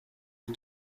iki